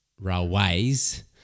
railways